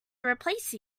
replace